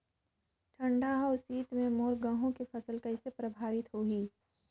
ठंडा अउ शीत मे मोर गहूं के फसल कइसे प्रभावित होही?